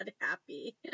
happy